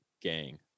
gang